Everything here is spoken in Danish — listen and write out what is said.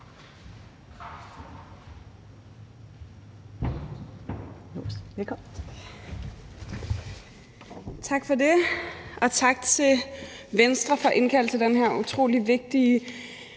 Tak for det, og tak til Venstre for at indkalde til den her utrolig vigtige